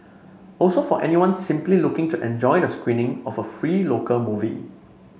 also for anyone simply looking to enjoy the screening of a free local movie